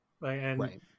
Right